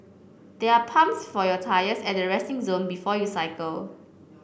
there are pumps for your tyres at the resting zone before you cycle